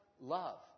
love